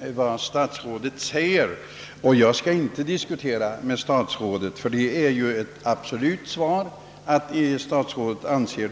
detta olämpligt, och jag skall inte diskutera sakfrågan med statsrådet, eftersom jag fått ett definitivt svar.